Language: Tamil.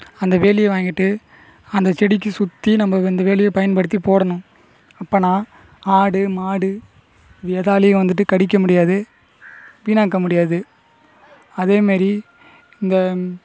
அந்த வேலியை வாங்கிட்டு அந்த செடிக்கு சுற்றி நம்ம வ இந்த வேலியை பயன்படுத்தி போடணும் அப்படினா ஆடு மாடு ஏதாலயும் வந்துட்டு கடிக்க முடியாது வீணாக்க முடியாது அதேமாதிரி இந்த